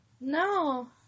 No